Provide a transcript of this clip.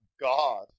God